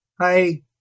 Hi